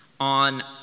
on